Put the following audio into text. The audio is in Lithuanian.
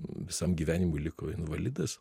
visam gyvenimui liko invalidas